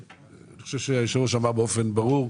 אבל אני חושב שהיושב ראש אמר באופן ברור,